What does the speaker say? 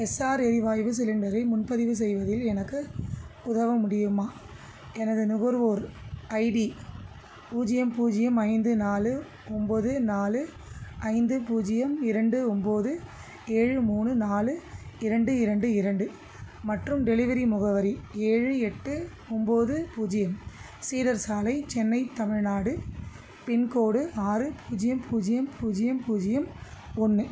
SR எரிவாய்வு சிலிண்டரை முன்பதிவு செய்வதில் எனக்கு உதவ முடியுமா எனது நுகர்வோர் ஐடி பூஜ்ஜியம் பூஜ்ஜியம் ஐந்து நாலு ஒம்பது நாலு ஐந்து பூஜ்ஜியம் இரண்டு ஒம்பது ஏழு மூணு நாலு இரண்டு இரண்டு இரண்டு மற்றும் டெலிவரி முகவரி ஏழு எட்டு ஒம்பது பூஜ்ஜியம் சீடர் சாலை சென்னை தமிழ்நாடு பின்கோடு ஆறு பூஜ்ஜியம் பூஜ்ஜியம் பூஜ்ஜியம் பூஜ்ஜியம் ஒன்று